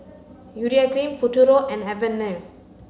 Urea Cream Futuro and Avene